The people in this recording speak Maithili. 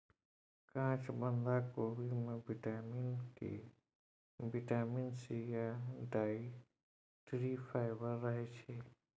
काँच बंधा कोबी मे बिटामिन के, बिटामिन सी या डाइट्री फाइबर रहय छै